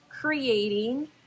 creating